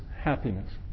happiness